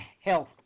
health